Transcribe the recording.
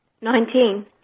Nineteen